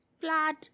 blood